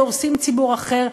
דורסים ציבור אחר,